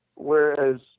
Whereas